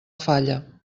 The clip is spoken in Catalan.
falla